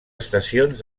estacions